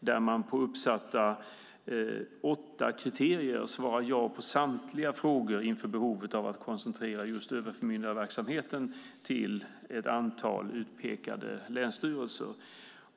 Av åtta uppsatta kriterier svarar man ja på samtliga frågor om behovet av att koncentrera just överförmyndarverksamheten till ett antal utpekade länsstyrelser.